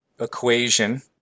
equation